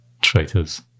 Traitors